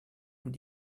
mit